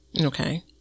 Okay